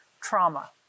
trauma